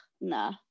nah